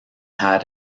had